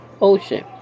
ocean